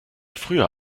früher